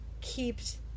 keeps